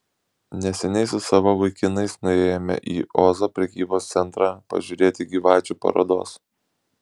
neseniai su savo vaikinais nuėjome į ozo prekybos centrą pažiūrėti gyvačių parodos